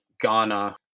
Ghana